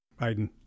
Biden